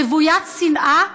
רוויית שנאה,